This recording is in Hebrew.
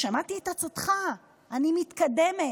שמעתי את עצתך, אני מתקדמת?